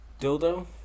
dildo